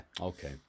okay